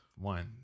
One